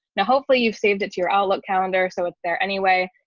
now hopefully, you've saved it to your outlook calendar. so if there any way,